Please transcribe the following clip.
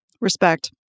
Respect